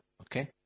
okay